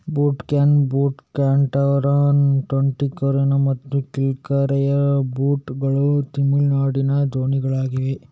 boat canoe, boat catamaran, Tuticorin ಮತ್ತು Kilakarai boat ಗಳು ತಮಿಳುನಾಡಿನ ದೋಣಿಗಳಾಗಿವೆ